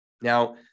Now